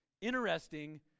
Interesting